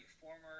former